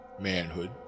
manhood